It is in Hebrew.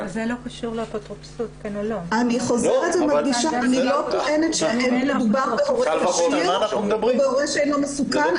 אני חוזרת ומדגישה שאני לא טוענת שמדובר בהורה כשיר ובהורה שאינו מסוכן.